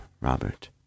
Robert